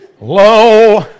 Low